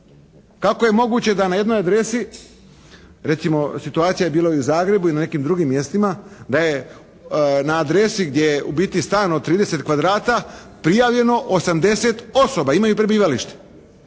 Kako je moguće da na jednoj adresi recimo situacija je bilo u Zagrebu i na nekim drugim mjestima da je na adresi gdje je u biti stan od 30 kvadara prijavljeno 80 osoba, imaju prebivalište.